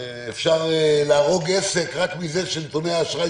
אפשר להרוג עסק רק מזה שנתוני האשראי